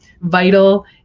vital